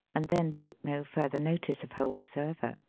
and then took no further notice of her whatsoever.